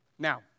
Now